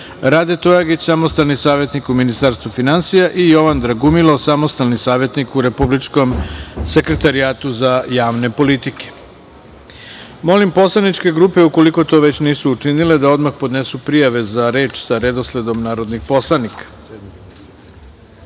Rade Tojagić samostalni savetnik u Ministarstvu finansija i Jovan Dragumilo, samostalni savetnik u Republičkom sekretarijatu za javne politike. Molim poslaničke grupe ukoliko to već nisu učinile da podnesu prijave za reč sa redosledom narodnih poslanika. Saglasno